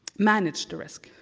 manage the risk,